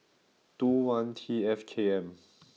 two one T F K M